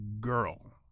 girl